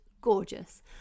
gorgeous